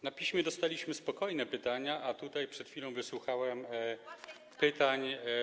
Na piśmie dostaliśmy spokojne pytania, a tutaj przed chwilą wysłuchałem pytań.